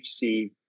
HC